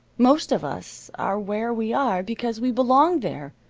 most of us are where we are because we belong there,